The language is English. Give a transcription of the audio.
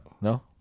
No